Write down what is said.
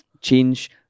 change